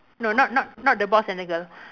no not not not the box and the girl